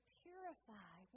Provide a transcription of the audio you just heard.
purify